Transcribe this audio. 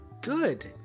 good